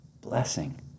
blessing